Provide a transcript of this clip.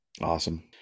Awesome